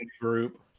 group